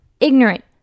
Ignorant